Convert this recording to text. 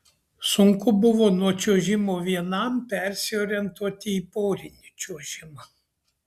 sunku buvo nuo čiuožimo vienam persiorientuoti į porinį čiuožimą